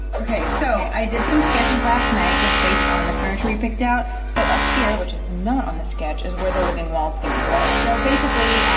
okay, so i did some sketches last night just based on the furniture we picked out so up here which is not on the sketch is where the living walls gonna go? so basically,